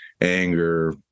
anger